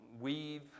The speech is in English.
weave